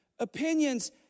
Opinions